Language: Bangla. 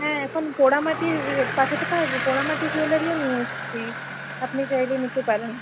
হ্যাঁ এখন পোড়ামাটির পাঠাতে পারবো পোড়ামাটির জুয়েলারিও নিয়ে এসছি আপনি চাইলে নিতে পারেন